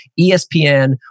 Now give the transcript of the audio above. ESPN